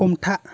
हमथा